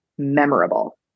memorable